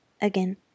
Again